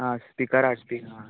हा स्पिकर हाड स्पिक हा